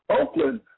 Oakland